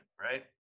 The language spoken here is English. right